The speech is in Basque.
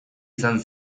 izan